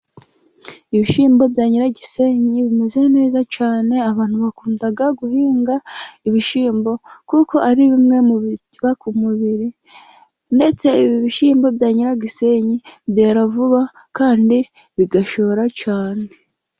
Ibishyimbo bya Nyiragisenyi bimeze neza cyane. Abantu bakundaga guhinga ibishyimbo ,kuko ari bimwe mu byubaka umubiri ndetse ibi bishyimbo bya Nyiragisenyi byera vuba kandi bigashora cyane.